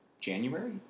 January